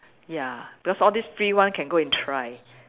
ya because all these free one can go and try